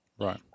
Right